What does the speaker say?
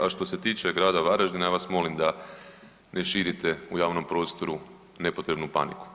A što se tiče Grada Varaždina ja vas molim da ne širite u javnom prostoru nepotrebnu paniku.